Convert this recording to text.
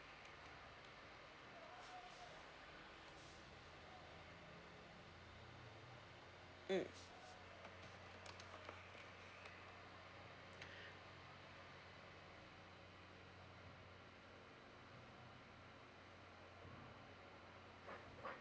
mm